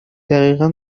دقیقا